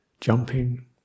jumping